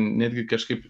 netgi kažkaip